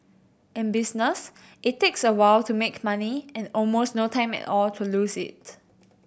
in business it takes a while to make money and almost no time at all to lose it